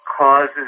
causes